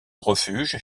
refuge